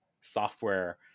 software